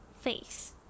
face